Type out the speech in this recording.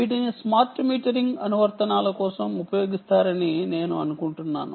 వీటిని smart metering అనువర్తనాల కోసం ఉపయోగిస్తారని నేను అనుకుంటున్నాను